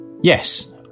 Yes